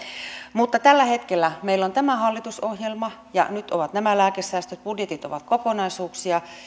mutta tällä hetkellä meillä on tämä hallitusohjelma ja nyt ovat nämä lääkesäästöt budjetit ovat kokonaisuuksia